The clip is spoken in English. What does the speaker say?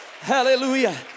Hallelujah